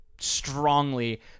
strongly